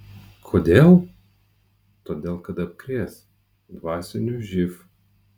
kodėl todėl kad apkrės dvasiniu živ